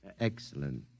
Excellent